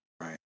Right